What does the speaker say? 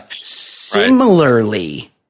Similarly